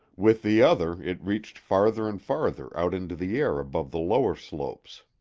with the other it reached farther and farther out into the air above the lower slopes.